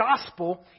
gospel